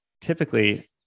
typically